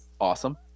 awesome